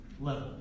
level